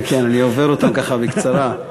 כן כן, אני עובר אותם ככה, בקצרה.